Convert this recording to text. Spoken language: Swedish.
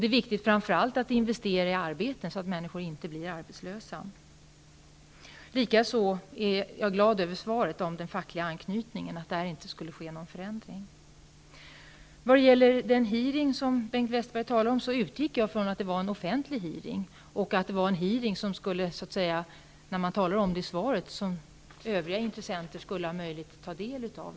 Det är framför allt viktigt att investera i arbeten, så att människor inte blir arbetslösa. Jag är också glad över svaret beträffande den fackliga anknytningen, dvs. att det inte skall bli någon förändring. I vad gäller den utfrågning som Bengt Westerberg talade om utgick jag ifrån att det var en offentlig utfrågning och att det skulle vara möjligt för övriga intressenter att ta del av den.